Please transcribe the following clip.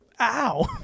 Ow